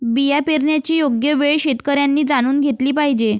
बिया पेरण्याची योग्य वेळ शेतकऱ्यांनी जाणून घेतली पाहिजे